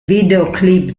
videoclip